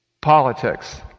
politics